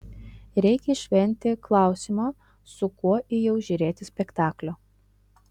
reikia išvengti klausimo su kuo ėjau žiūrėti spektaklio